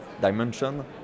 dimension